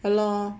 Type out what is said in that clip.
ha lor